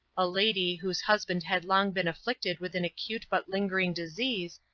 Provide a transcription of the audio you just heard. a lady, whose husband had long been afflicted with an acute but lingering disease,